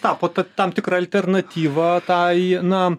tapo tam tikra alternatyva tai na